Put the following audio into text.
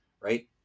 right